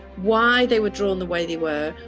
why they would draw in the way they were,